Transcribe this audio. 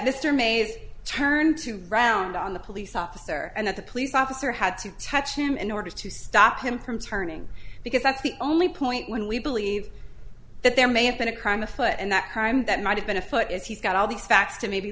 mr mays turned to round on the police officer and that the police officer had to touch him in order to stop him from turning because that's the only point when we believe that there may have been a crime afoot and that crime that might have been afoot if he's got all these facts to maybe